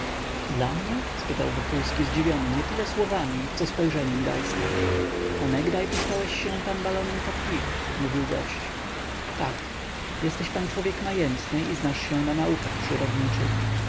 dla mnie spytał wokulski zdziwiony nietyle słowami ile spojrzeniem geista onegaj puszczałeś się pan balonem captif mówił gość tak jesteś pan człowiek majętny i znasz się na naukach przyrodniczych